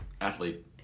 Athlete